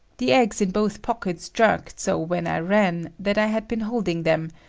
the eggs in both pockets jerked so when i ran, that i had been holding them,